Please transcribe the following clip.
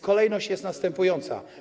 Kolejność jest następująca.